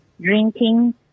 drinking